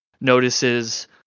notices